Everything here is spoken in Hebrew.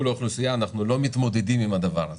האוכלוסייה אנחנו לא מתמודדים עם הדבר הזה.